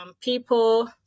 people